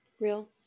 Real